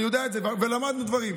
אני יודע את זה ולמדנו דברים.